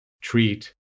treat